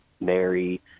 Mary